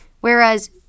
Whereas